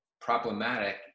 problematic